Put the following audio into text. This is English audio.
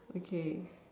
okay